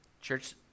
Church